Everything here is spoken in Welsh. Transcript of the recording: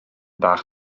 bach